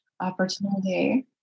opportunity